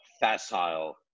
facile